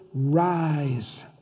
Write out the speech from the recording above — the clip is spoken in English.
Rise